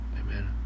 Amen